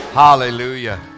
Hallelujah